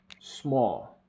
small